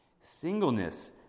Singleness